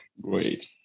Great